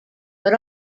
but